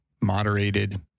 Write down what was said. moderated